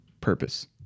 purpose